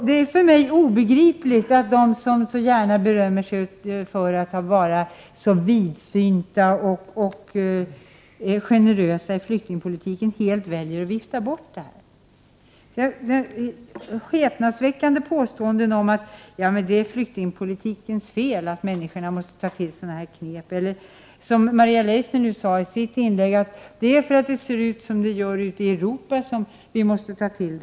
Det är för mig obegripligt att de som så gärna berömmer sig för att vara så vidsynta och generösa i flyktingpolitiken helt väljer att vifta bort detta. Det förekommer häpnadsväckande påståenden om att det är flyktingpolitikens fel att människorna måste ta till sådana knep. Maria Leissner sade i sitt inlägg att det är för att det ser ut som det gör i Europa som dessa knep måste användas.